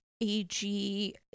AG